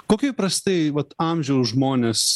kokio įprastai vat amžių žmonės